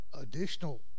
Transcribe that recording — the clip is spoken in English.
additional